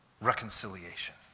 reconciliation